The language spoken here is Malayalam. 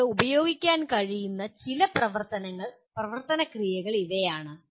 നിങ്ങൾക്ക് ഉപയോഗിക്കാൻ കഴിയുന്ന ചില പ്രവർത്തന ക്രിയകൾ ഇവയാണ്